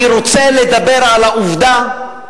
אני רוצה לדבר על העובדה,